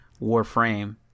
Warframe